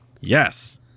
Yes